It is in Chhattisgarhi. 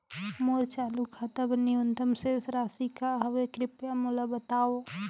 मोर चालू खाता बर न्यूनतम शेष राशि का हवे, कृपया मोला बतावव